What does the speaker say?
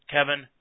Kevin